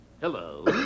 Hello